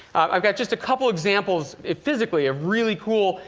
i've got just a couple examples. physically, a really cool,